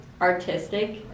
artistic